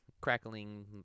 crackling